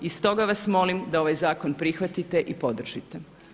I stoga vas molim da ovaj zakon prihvatite i podržite.